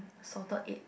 salted egg